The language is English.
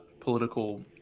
political